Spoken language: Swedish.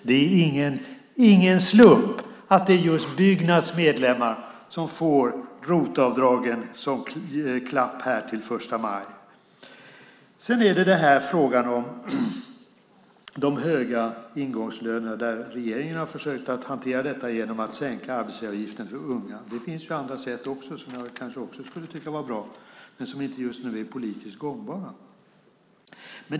Det är ingen slump att det är just Byggnads medlemmar som får ROT-avdragen som klapp här till den 1 maj. Sedan har vi frågan om de höga ingångslönerna som regeringen har försökt hantera genom att sänka arbetsgivaravgifterna för unga. Det finns även andra sätt som jag kanske skulle tycka vore bra men som just nu inte är politiskt gångbara.